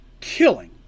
killing